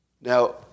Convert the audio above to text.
Now